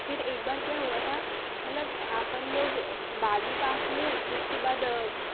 फिर एक बार क्या हुआ था मतलब अपन लोग बारहवीं पास हुए कि उसके बाद